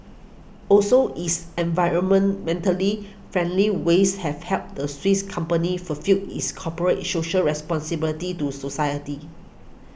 also its environmentally friendly ways have helped the Swiss company fulfil its corporate its social responsibility to society